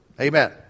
Amen